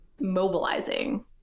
mobilizing